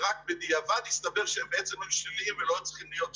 ורק בדיעבד הסתבר שהם בעצם היו שליליים ולא היו צריכים להיות שם.